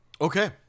Okay